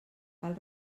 cal